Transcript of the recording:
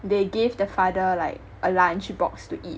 they gave the father like a lunch box to eat